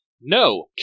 no